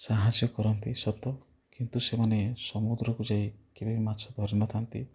ସାହାଯ୍ୟ କରନ୍ତି ସତ କିନ୍ତୁ ସେମାନେ ସମୁଦ୍ରକୁ ଯାଇ କେବେ ମାଛ ଧରିନଥାନ୍ତି